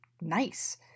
nice